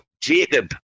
Jacob